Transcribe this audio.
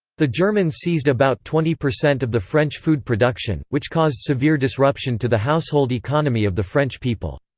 the germans seized about twenty percent of the french food production, which caused severe disruption to the household economy of the french people.